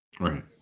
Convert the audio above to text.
Right